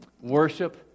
worship